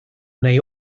neu